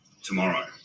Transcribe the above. tomorrow